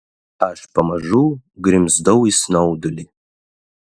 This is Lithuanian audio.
aš pamažu grimzdau į snaudulį